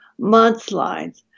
mudslides